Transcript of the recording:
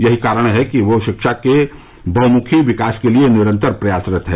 यही कारण है कि वह शिक्षा के बहुमुखी विकास के लिए निरंतर प्रयासरत है